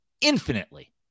Infinitely